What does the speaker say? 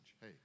hey